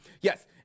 Yes